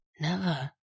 Never